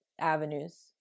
avenues